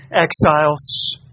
exiles